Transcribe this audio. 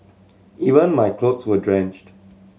even my clothes were drenched